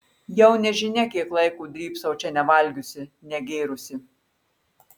jau nežinia kiek laiko drybsau čia nevalgiusi negėrusi